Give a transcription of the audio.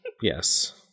Yes